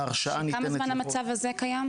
ההרשאה ניתן לרוב --- שכמה זמן המצב הזה קיים,